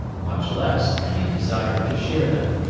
much less any desire to share them.